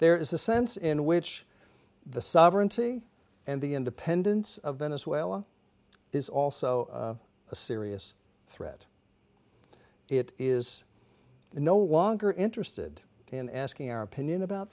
there is a sense in which the sovereignty and the independence of venezuela is also a serious threat it is no longer interested in asking our opinion about